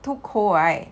too cold right